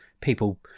people